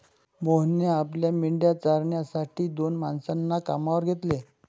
मोहनने आपल्या मेंढ्या चारण्यासाठी दोन माणसांना कामावर घेतले